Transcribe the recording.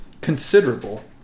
considerable